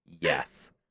Yes